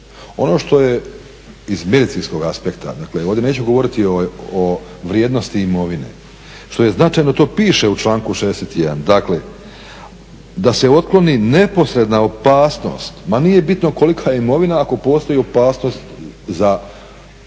ono što je iz medicinskog aspekta, dakle ovdje nećemo govoriti o vrijednosti imovine, što je značajno, to piše u članku 61.: "Da se otkloni neposredna opasnost.", ma nije bitno kolika je imovina ako postoji opasnost za osobu